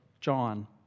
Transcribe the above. John